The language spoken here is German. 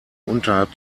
unterhalb